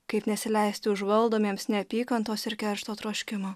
kaip nesileisti užvaldomiems neapykantos ir keršto troškimo